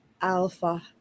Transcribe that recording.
Alpha